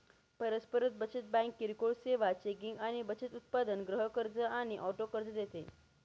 परस्पर बचत बँक किरकोळ सेवा, चेकिंग आणि बचत उत्पादन, गृह कर्ज आणि ऑटो कर्ज देते